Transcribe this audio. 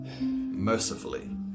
mercifully